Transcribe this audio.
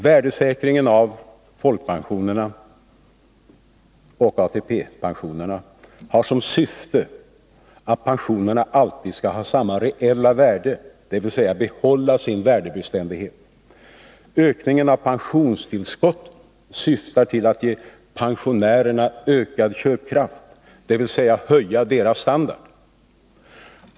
Värdesäkringen av folkpensionerna och av ATP-pensionerna har som syfte att pensionerna alltid skall ha samma reella värde, dvs. vara värdebeständiga. Ökningen av pensionstillskotten syftar till att ge pensionärerna ökad köpkraft, dvs. höja deras standard.